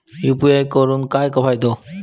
UPI करून काय फायदो?